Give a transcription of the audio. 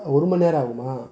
ஒரு மணி நேரம் ஆகுமா